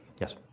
Yes